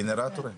גנרטורים.